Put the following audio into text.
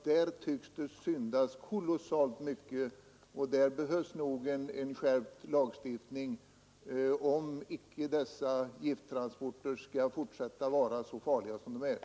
Det tycks syndas kolossalt härvidlag, och det behövs nog en skärpt lagstiftning, om icke dessa gifttransporter skall fortsätta att vara så farliga som de nu är.